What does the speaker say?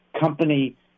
company